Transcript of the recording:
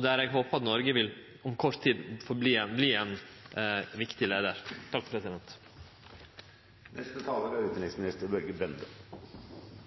der eg håpar at Noreg om kort tid vil verte ein viktig leiar. Først vil jeg understreke det som komiteens leder